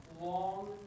long